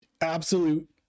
absolute